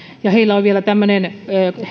ja heillä on vielä tämmöinen